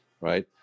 right